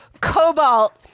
cobalt